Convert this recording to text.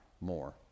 more